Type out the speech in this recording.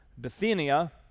Bithynia